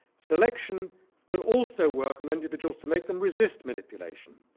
selection will also work on individuals to make them resist manipulation.